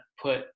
put